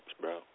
bro